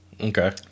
Okay